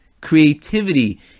Creativity